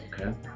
okay